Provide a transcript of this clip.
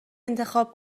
انتخاب